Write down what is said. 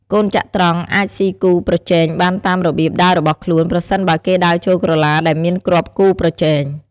កូនចត្រង្គអាចស៊ីគូប្រជែងបានតាមរបៀបដើររបស់ខ្លួន ប្រសិនបើគេដើរចូលក្រឡាដែលមានគ្រាប់គូប្រជែង។